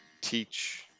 teach